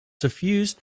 suffused